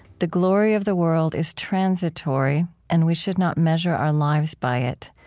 the glory of the world is transitory, and we should not measure our lives by it,